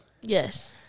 Yes